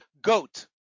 goat